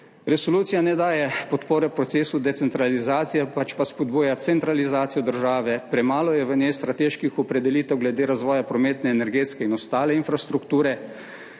Resolucija ne daje podpore procesu decentralizacije, pač pa spodbuja centralizacijo države. Premalo je v njej strateških opredelitev glede razvoja prometne, energetske in ostale infrastrukture.